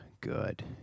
good